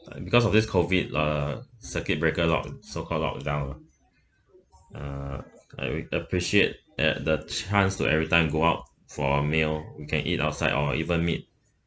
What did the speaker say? and because of this COVID uh circuit breaker lock so called lock down lah uh I re~ appreciate at the chance to every time go out for a meal we can eat outside or even meet